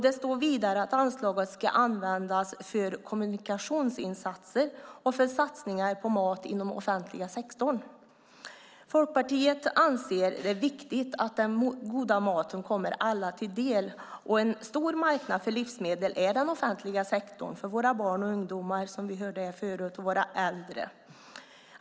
Det framgår vidare att anslaget ska användas för kommunikationsinsatser och för satsningar på mat inom offentliga sektorn. Folkpartiet anser att det är viktigt att den goda maten kommer alla till del. En stor marknad för livsmedel är den offentliga sektorn för våra barn, ungdomar och äldre.